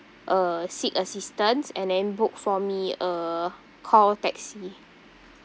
uh seek assistance and then book for me a call taxi